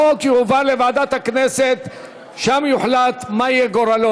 החוק יועבר לוועדת הכנסת ושם יוחלט גורלו,